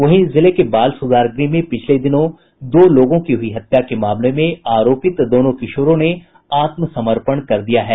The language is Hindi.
वहीं जिले के बाल सुधार ग्रह में पिछले दिनों दो लोगों की हुयी हत्या के मामले में आरोपित दोनों किशोरों ने आत्मसमर्पण कर दिया है